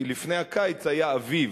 כי לפני הקיץ היה אביב,